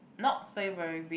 not say very big